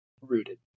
rooted